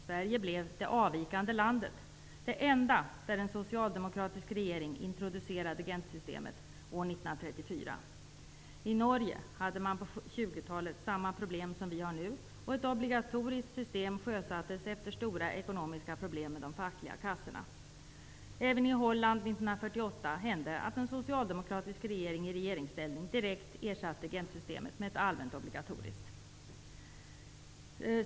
Sverige blev det avvikande landet, det enda där en socialdemokratisk regering introducerade Gentsystemet, år 1934. I Norge hade man på 20-talet samma problem som vi har nu, och ett obligatoriskt system sjösattes efter stora ekonomiska problem med de fackliga kassorna. Även i Holland 1948 hände att en socialdemokratisk regering i regeringsställning direkt ersatte Gentsystemet med ett allmänt obligatoriskt system.